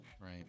Right